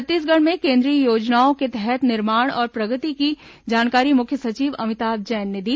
छत्तीसगढ़ में केन्द्रीय योजनाओं के तहत निर्माण और प्रगति की जानकारी मुख्य सचिव अमिताभ जैन ने दी